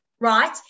right